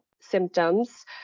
symptoms